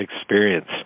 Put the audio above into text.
experience